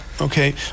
Okay